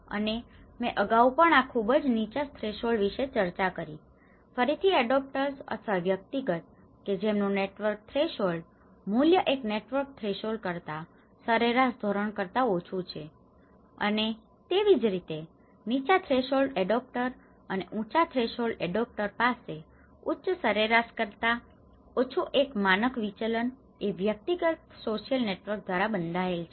અને મેં આગાઉ પણ આ ખુબજ નીચા થ્રેશહોલ્ડ વિશે ચર્ચા કરી છે ફરીથી એડોપટર્સ અથવા વ્યક્તિગત કે જેમનું નેટવર્ક થ્રેશહોલ્ડ મૂલ્ય એક નેટવર્ક થ્રેશોલ્ડ કરતા સરેરાશ ધોરણ કરતા ઓછું છે અને તેવી જ રીતે નીચા થ્રેશહોલ્ડ એડોપટર અને ઉંચા થ્રેશહોલ્ડ એડોપટર પાસે ઉચ્ચ સરેરાશ કરતા ઓછું એક માનક વિચલન એ વ્યક્તિગત સોશિયલ નેટવર્ક દ્વારા બંધાયેલ છે